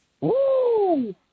Woo